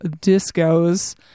Disco's